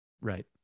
Right